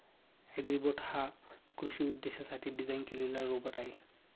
Agribot हा कृषी उद्देशांसाठी डिझाइन केलेला रोबोट आहे